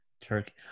Turkey